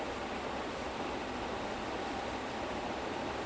prabu deva I feel like he's a good dancer but he's not a good actor